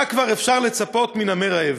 מה כבר אפשר לצפות מנמר רעב?